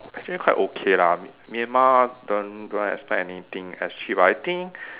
actually quite okay lah Myanmar don't don't expect anything as cheap but I think